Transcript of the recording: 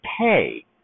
pay